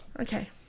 Okay